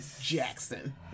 Jackson